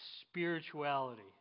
Spirituality